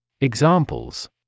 Examples